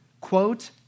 quote